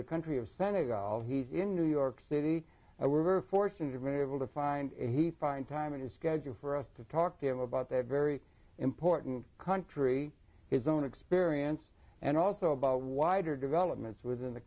the country of senegal he's in new york city i were very fortunate to be able to find he find time in his schedule for us to talk to him about that very important country his own experience and also about wider developments within the